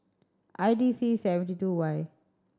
I D C seven two two Y